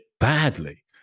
badly